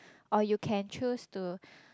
or you can choose to